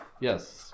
Yes